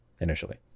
initially